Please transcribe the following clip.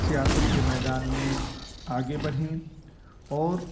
سیاست کے میدان میں آگے بڑھیں اور